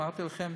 אמרתי לכם,